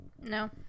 no